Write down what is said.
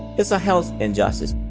it's a health injustice.